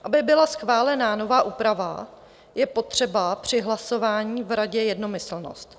Aby byla schválena nová úprava, je potřeba při hlasování v Radě jednomyslnost.